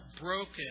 broken